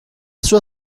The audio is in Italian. sua